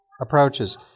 approaches